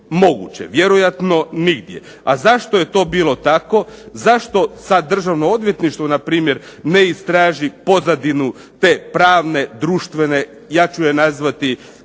moguće? Vjerojatno nigdje. A zašto je to bilo tako? Zašto sad Državno odvjetništvo npr. ne istraži pozadinu te pravne, društvene, ja ću je nazvati